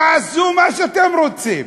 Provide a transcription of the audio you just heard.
תעשו מה שאתם רוצים.